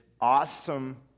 awesome